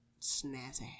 snazzy